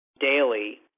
daily